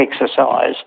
exercise